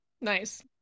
Nice